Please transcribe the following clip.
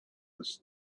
this